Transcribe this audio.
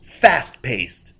fast-paced